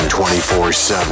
24-7